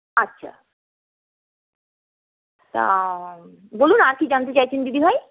আচ্ছা তা বলুন আর কী জানতে চাইছেন দিদিভাই